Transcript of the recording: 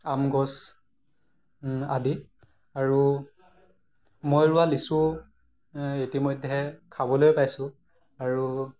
আমগছ আদি আৰু মই ৰুৱা লিচু ইতিমধ্যে খাবলৈ পাইছোঁ আৰু